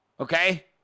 okay